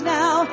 now